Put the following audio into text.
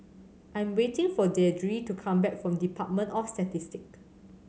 I am waiting for Deidre to come back from Department of Statistics